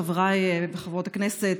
חברי וחברות הכנסת,